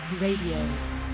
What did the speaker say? Radio